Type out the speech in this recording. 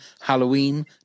Halloween